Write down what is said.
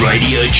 Radio